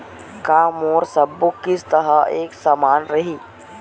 का मोर सबो किस्त ह एक समान रहि?